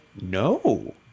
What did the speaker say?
no